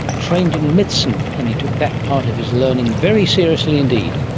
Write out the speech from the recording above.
trained in medicine, and he took that part of his learning very seriously indeed.